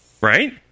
right